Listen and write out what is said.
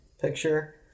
picture